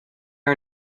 are